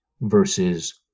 versus